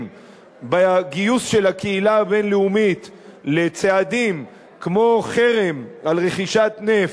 בגיוס של הקהילה הבין-לאומית לצעדים כמו חרם על רכישת נפט,